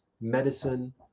medicine